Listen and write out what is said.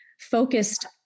focused